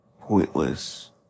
pointless